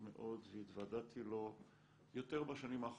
מאוד והתוודעתי לו יותר בשנים האחרונות,